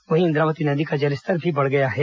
वहीं इंद्रावती नदी का जलस्तर भी बढ़ गया है